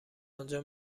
انجا